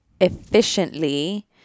efficiently